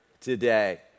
today